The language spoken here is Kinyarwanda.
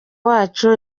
wacu